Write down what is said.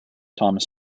thomas